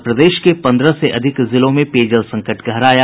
और प्रदेश के पन्द्रह से अधिक जिलों में पेयजल संकट गहराया